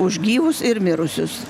už gyvus ir mirusius